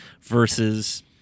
versus